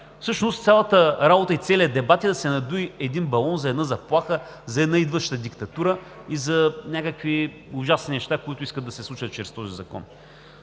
Всъщност цялата работа и целият дебат е да се надуе един балон за една заплаха, за една идваща диктатура и за някакви ужасни неща, които искат да се случат чрез този закон.